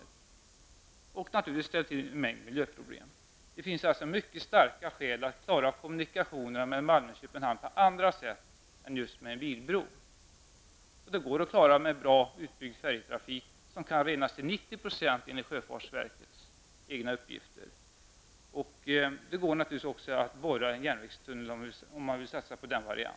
Det skulle, naturligtvis, bli en hel del miljöproblem. Det finns alltså mycket starka skäl för att vi måste klara kommunikationerna mellan Malmö och Köpenhamn på något annat sätt än just genom en bilbro. Kommunikationerna kan klaras genom en väl utbyggd färjetrafik, som kan renas till 90 % enligt sjöfartsverkets egna uppgifter. Självfallet är en borrad järnvägstunnel också en variant, om man nu vill satsa på en sådan.